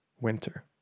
winter